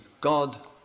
God